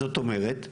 זאת אומרת,